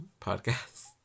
podcast